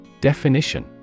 Definition